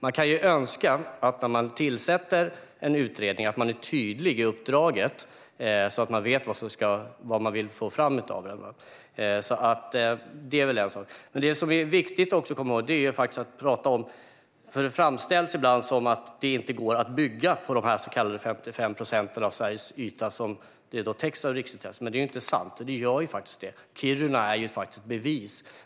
Man kan önska att den som tillsätter en utredning är tydlig i uppdraget, så att det är tydligt vad man vill få fram i utredningen. Det framställs ibland som om det inte går att bygga på de så kallade 55 procenten av Sveriges yta som täcks av riksintressen, men det är inte sant. Kiruna är ett bevis på att det går.